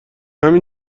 همین